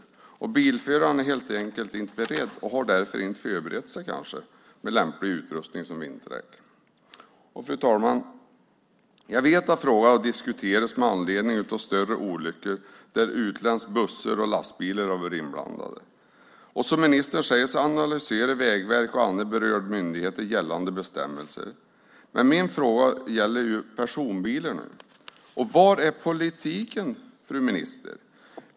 Bilförarna är helt enkelt inte beredda och har därför kanske inte förberett sig med lämplig utrustning, som vinterdäck. Fru talman! Jag vet att frågan har diskuterats med anledning av större olyckor där utländska bussar och lastbilar har varit inblandade. Som ministern säger analyserar Vägverket och andra berörda myndigheter gällande bestämmelser. Men min fråga gäller personbilarna. Var är politiken, fru minister?